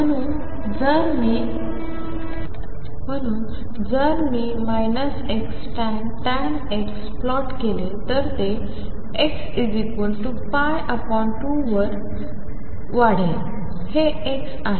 म्हणून जर मी Xtan X प्लॉट केले तर ते X2 वर पर्यंत वाढेल हे X आहे